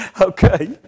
Okay